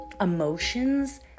emotions